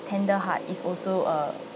tender heart is also a